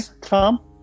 Tom